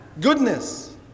goodness